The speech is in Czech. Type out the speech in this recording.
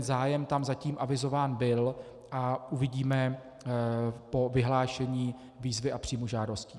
Zájem tam zatím avizován byl a uvidíme po vyhlášení výzvy a příjmu žádostí.